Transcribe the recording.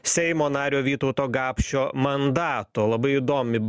seimo nario vytauto gapšio mandato labai įdomi